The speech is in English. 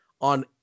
on